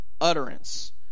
utterance